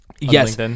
Yes